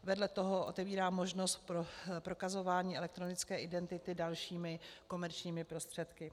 Vedle toho otevírá možnost pro prokazování elektronické identity dalšími komerčními prostředky.